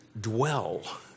dwell